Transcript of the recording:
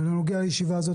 בנוגע לישיבה הזאת,